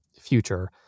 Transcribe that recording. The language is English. future